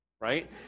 right